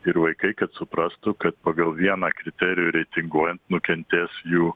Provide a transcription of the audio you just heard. ir vaikai kad suprastų kad pagal vieną kriterijų reitinguojant nukentės jų